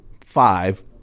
five